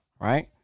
right